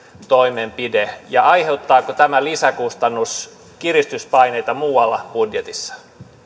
toimenpide ja aiheuttaako tämä lisäkustannus kiristyspaineita muualla budjetissa